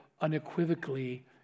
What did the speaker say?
unequivocally